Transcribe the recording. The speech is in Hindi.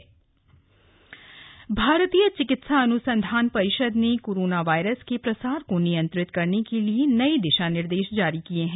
कोरोना एडवायजरी भारतीय चिकित्सा अन्संधान परिषद ने कोरोना वायरस के प्रसार को नियंत्रित करने के लिए नए दिशा निर्देश जारी किए हैं